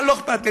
לא אכפת לי,